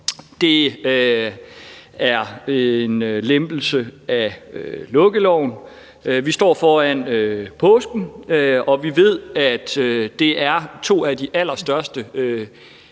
som er en lempelse af lukkeloven, støtter vi også. Vi står foran påsken, og vi ved, at to af de allerstørste